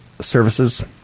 services